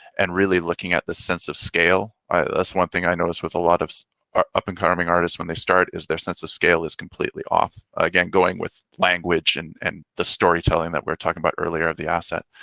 and really looking at the sense of scale. that's the one thing i noticed with a lot of our up and coming artists when they start is their sense of scale is completely off again going with language and and the storytelling that we were talking about earlier of the asset.